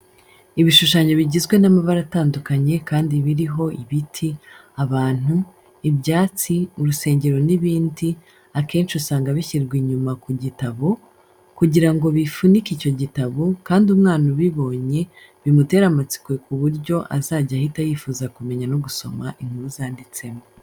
Ibishushanyo bigizwe n'amabara atandukanye kandi biriho ibiti, abantu, ibyatsi, urusengero n'ibindi, akenshi usanga bishyirwa inyuma ku gitabo kugira ngo bifunike icyo gitabo, kandi umwana ubibonye bimutere amatsiko ku buryo azajya ahita yifuza kumenya no gusoma inkuru zanditsemo.